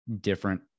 different